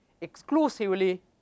exclusively